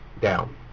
down